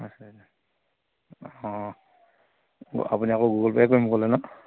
আছে অঁ আপুনি আকৌ গুগল পে' কৰিম ক'লে ন